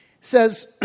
says